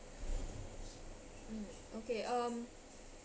mm okay um